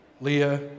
Leah